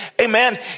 amen